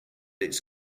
its